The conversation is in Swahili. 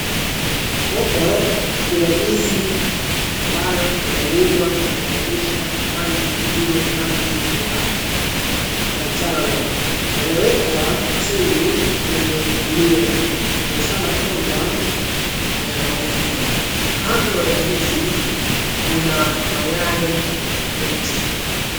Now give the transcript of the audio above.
Hapa kuna ndizi ambayo yameiva na kubablisha rangi iwe rangi ya majano. Yamewekwa chini kwenye gunia kwa ishara kwamba yanauzwa . Kando ya mandizi kuna mayai ya crate.